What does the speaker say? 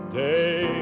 day